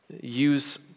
use